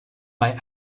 bei